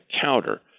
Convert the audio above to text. counter